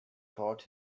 taught